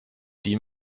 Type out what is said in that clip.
die